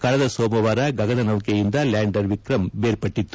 ಕಳೆದ ಸೋಮವಾರ ಗೆಗನನೌಕೆಯಿಂದ ಲ್ಯಾಂಡರ್ ವಿಕ್ರಮ್ ಬೇರ್ಪಟ್ಟಿತ್ತು